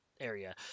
area